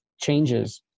changes